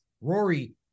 Rory